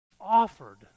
offered